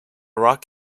rock